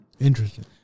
Interesting